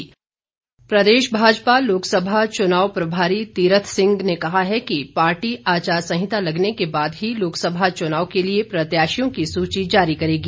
Bhajpa ticket प्रदेश भाजपा लोकसभा चुनाव प्रभारी तीरथ सिंह ने कहा है कि पार्टी आचार संहिता लगने के बाद ही लोकसभा चुनाव के लिए प्रत्याशियों की सुची जारी करेगी